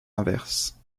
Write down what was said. inverse